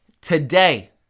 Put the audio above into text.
today